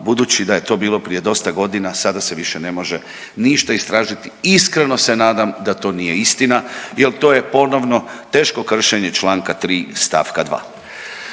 budući da je to bilo prije dosta godina sada se više ne može ništa istražiti. Iskreno se nadam da to nije istina jel to je ponovno teško kršenje čl. 3. st. 2.